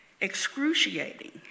Excruciating